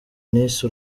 nise